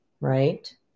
right